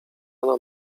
ona